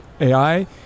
AI